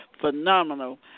phenomenal